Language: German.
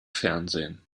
fernsehen